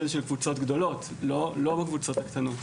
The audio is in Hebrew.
של קבוצות גדולות ולא בקבוצות הקטנות.